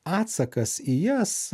atsakas į jas